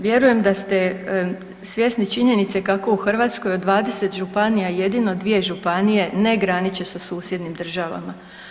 Vjerujem da ste svjesni činjenice kako u Hrvatskoj od 20 županija jedino 2 županije ne graniče sa susjednim državama.